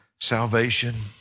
Salvation